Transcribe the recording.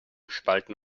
spalten